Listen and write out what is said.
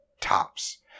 tops